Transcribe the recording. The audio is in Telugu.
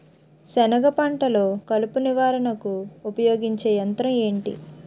సెనగ పంటలో కలుపు నివారణకు ఉపయోగించే యంత్రం ఏంటి?